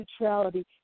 neutrality